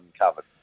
covered